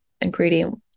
ingredient